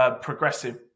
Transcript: progressive